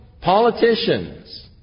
politicians